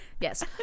Yes